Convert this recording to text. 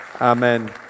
Amen